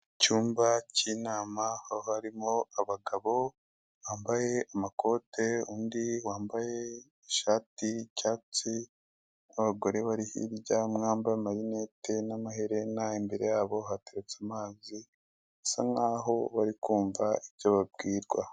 Icyumba ki nama aho harimo abagabo bambaye amakote undi wambaye ishati y'icyatsi, n'abagore bari hirya umwe wambaye amarinete n'amaherena, imbere yabo hateretse amazi bisa nkaho bari kumva ibyo babwirwa.